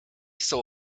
saw